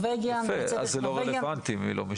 יפה, אז זה לא רלוונטי אם היא לא משתמשת.